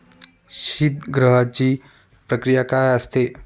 शीतगृहाची प्रक्रिया काय असते?